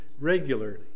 regularly